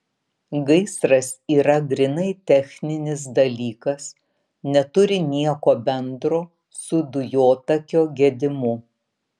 gaisras yra grynai techninis dalykas neturi nieko bendro su dujotakio gedimu